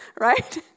right